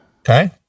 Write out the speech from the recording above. Okay